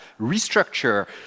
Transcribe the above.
restructure